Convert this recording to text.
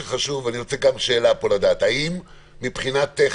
האם מבחינה טכנית,